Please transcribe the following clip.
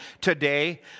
today